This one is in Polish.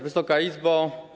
Wysoka Izbo!